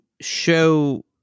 show